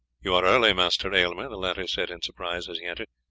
you are early, master aylmer, the latter said in surprise as he entered.